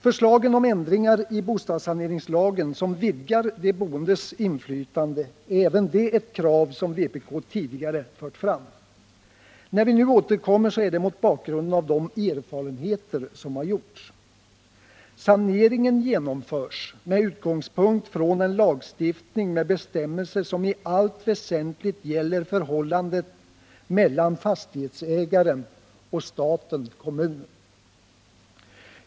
Förslagen om ändringar i bostadssaneringslagen som vidgar de boendes inflytande är även de krav som vpk tidigare fört fram. När vi nu återkommit är det mot bakgrunden av de erfarenheter som har gjorts. Saneringen genomförs med utgångspunkt i en lagstiftning med bestämmelser som i allt väsentligt gäller förhållandet mellan fastighetsägaren och staten/kommunen.